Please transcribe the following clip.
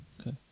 Okay